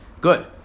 Good